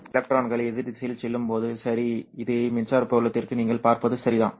எலக்ட்ரான்கள் எதிர் திசையில் செல்லும் போது சரி இது மின்சார புலத்திற்கு நீங்கள் பார்ப்பது சரிதான்